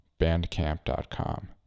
bandcamp.com